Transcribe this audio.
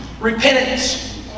repentance